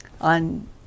on